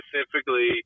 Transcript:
specifically